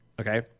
Okay